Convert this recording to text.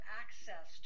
access